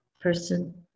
person